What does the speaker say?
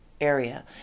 area